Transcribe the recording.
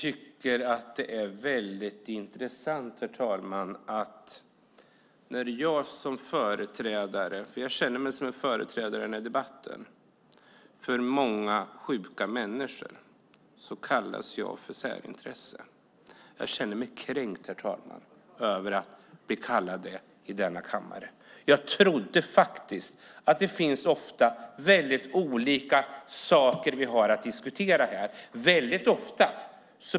Herr talman! Jag känner mig i den här debatten som företrädare för många sjuka människor men kallas här för särintresse. Jag känner mig kränkt över att bli kallad det i denna kammare. Det finns ofta väldigt olika saker vi har att diskutera.